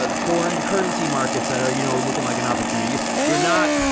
but foreign currency markets that are you know looking like an opportunity. you're not,